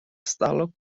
stalo